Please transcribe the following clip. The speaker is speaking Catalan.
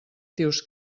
dius